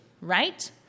right